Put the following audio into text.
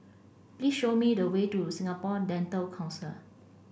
please show me the way to Singapore Dental Council